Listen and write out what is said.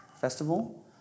Festival